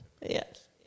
Yes